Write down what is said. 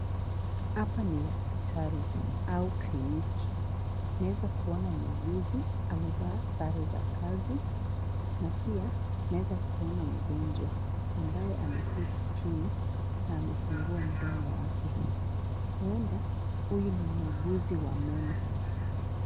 Hapa ni hospitali, au kliniki. Naweza kuona muuguzi amevaa sare za kazi, na pia naweza kuona mgonjwa, ambaye ameketi chini na amefungua mdomo wake. Huenda huyu ni muuguzi wa meno.